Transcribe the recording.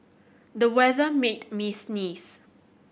the weather made me sneeze